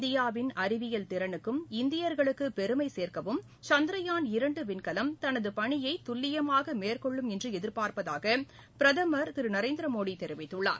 இந்தியாவின் அறிவியல் திறனுக்கும் இந்தியர்களுக்கு பெருமை சேர்க்கவும் சந்திரயான் இரண்டு விண்கலம் தனது பணியை துல்லியமாக மேற்கொள்ளும் என்று எதிர்பார்ப்பதாக பிரதமர் திரு நரேந்திர மோடி தெரிவித்துள்ளார்